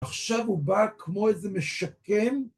עכשיו הוא בא כמו איזה משקם.